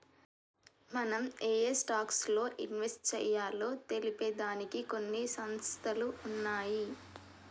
మనం ఏయే స్టాక్స్ లో ఇన్వెస్ట్ చెయ్యాలో తెలిపే దానికి కొన్ని సంస్థలు ఉన్నయ్యి